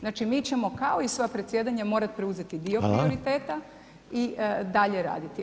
Znači mi ćemo kao i sva predsjedanja morati preuzeti dio prioriteta [[Upadica Reiner: Hvala.]] i dalje raditi.